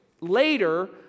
later